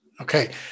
Okay